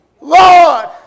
Lord